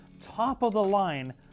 top-of-the-line